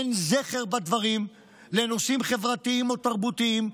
אין זכר בדברים לנושאים חברתיים או תרבותיים,